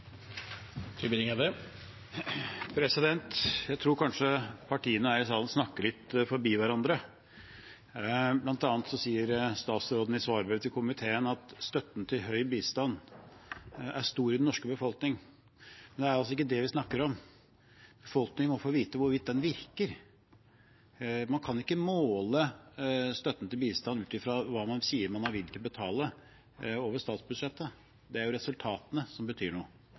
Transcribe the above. Jeg tror kanskje partiene her i salen snakker litt forbi hverandre. Blant annet sier statsråden i svarbrev til komiteen at støtten til høy bistand er stor i den norske befolkningen. Men det er altså ikke det vi snakker om. Befolkningen må få vite hvorvidt den virker. Man kan ikke måle støtten til bistand ut fra hva man sier man er villig til å betale over statsbudsjettet. Det er resultatene som betyr noe